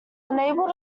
unable